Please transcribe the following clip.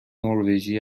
نروژی